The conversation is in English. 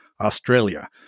Australia